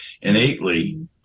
innately